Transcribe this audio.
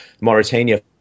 Mauritania